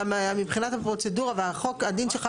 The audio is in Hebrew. גם מבחינת הפרוצדורה והחוק הדין שחל,